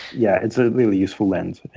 yeah, it's a really useful lens,